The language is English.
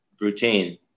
routine